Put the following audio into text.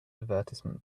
advertisement